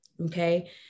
Okay